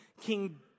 King